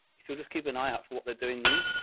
if you'll just keep an eye out for what they're doing new.